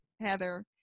Heather